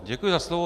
Děkuji za slovo.